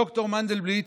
ד"ר מנדלבליט